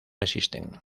existen